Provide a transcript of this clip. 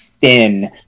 thin